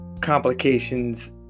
complications